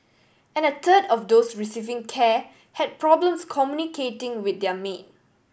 and a third of those receiving care had problems communicating with their maid